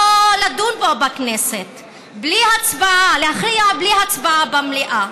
לא לדון בו בכנסת, להכריע בלי הצבעה במליאה.